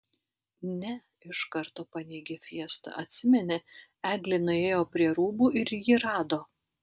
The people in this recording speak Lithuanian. ne iš karto paneigė fiesta atsimeni eglė nuėjo prie rūbų ir jį rado